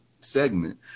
segment